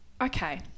Okay